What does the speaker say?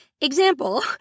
example